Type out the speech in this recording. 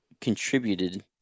contributed